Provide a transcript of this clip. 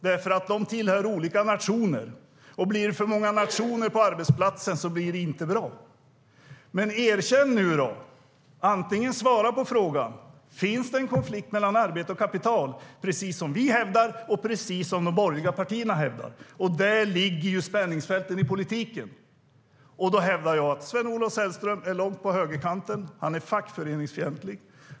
De tillhör nämligen olika nationer, och om det blir för många nationer på arbetsplatsen blir det inte bra. Erkänn nu, Sven-Olof Sällström! Svara på om det finns någon en mellan arbete och kapital, som vi hävdar och som de borgerliga partierna hävdar. Det är där spänningsfältet i politiken ligger. Jag hävdar att Sven-Olof Sällström är långt ute på högerkanten. Han är fackföreningsfientlig.